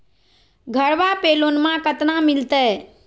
घरबा पे लोनमा कतना मिलते?